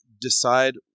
decide